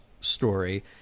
story